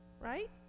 Right